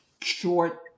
short